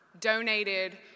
donated